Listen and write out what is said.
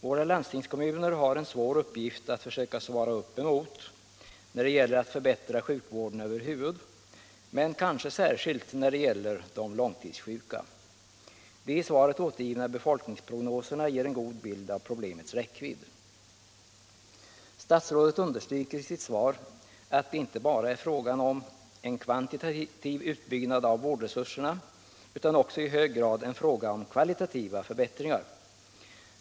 Våra landstingskommuner har en svår uppgift att försöka svara upp emot när det gäller att förbättra sjukvården över huvud, men kanske särskilt när det gäller de långtidssjuka. De i svaret återgivna befolkningsprognoserna ger en god bild av problemets räckvidd. Statsrådet understryker i sitt svar att det inte bara är en fråga om kvantitativ utbyggnad av vårdresurserna utan också i hög grad en fråga om kvalitativa förbättringar.